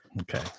Okay